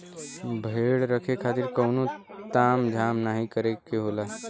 भेड़ रखे खातिर कउनो ताम झाम नाहीं करे के होला